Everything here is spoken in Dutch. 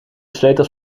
sleutels